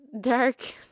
dark